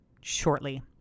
shortly